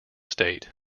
state